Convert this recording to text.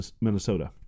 Minnesota